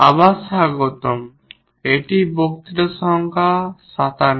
আবার স্বাগতম এটি বক্তৃতা সংখ্যা 57